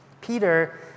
Peter